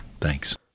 Thanks